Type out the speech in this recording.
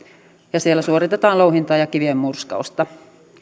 ja siellä suoritetaan louhintaa ja kivien murskausta